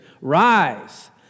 Rise